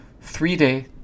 three-day